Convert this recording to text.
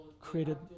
created